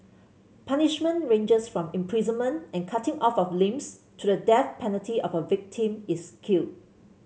punishment ranges from imprisonment and cutting off of limbs to the death penalty of a victim is killed